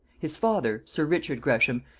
his father, sir richard gresham,